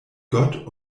gott